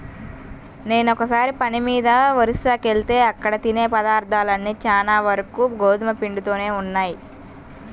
నేనొకసారి పని మీద ఒరిస్సాకెళ్తే అక్కడ తినే పదార్థాలన్నీ చానా వరకు గోధుమ పిండితోనే ఉన్నయ్